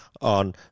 on